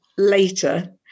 later